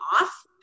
off